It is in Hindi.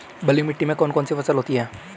बलुई मिट्टी में कौन कौन सी फसल होती हैं?